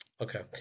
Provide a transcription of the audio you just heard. Okay